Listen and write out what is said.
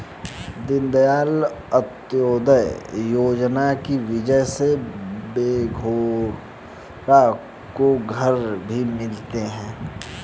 दीनदयाल अंत्योदय योजना की वजह से बेघरों को घर भी मिले हैं